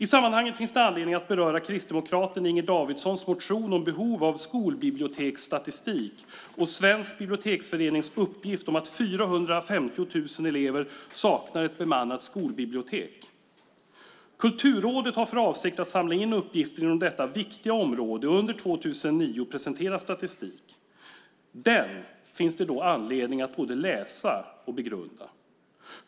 I sammanhanget finns det anledning att beröra kristdemokraten Inger Davidsons motion om behov av skolbiblioteksstatistik och Svensk Biblioteksförenings uppgift om att 450 000 elever saknar ett bemannat skolbibliotek. Kulturrådet har för avsikt att samla in uppgifter inom detta viktiga område och under 2009 presentera statistik. Den finns det då anledning att både läsa och begrunda.